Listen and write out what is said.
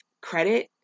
credit